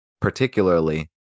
particularly